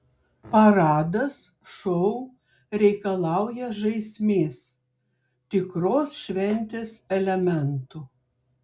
paradas šou reikalauja žaismės tikros šventės elementų